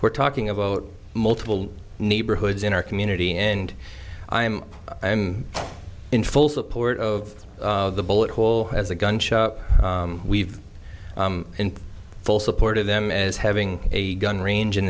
we're talking about multiple neighborhoods in our community and i'm i'm in full support of the bullet hole has a gun shop we've in full support of them as having a gun range in